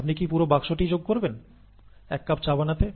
আপনি কি পুরো বাক্সটি যোগ করবেন এক কাপ চা বানাতে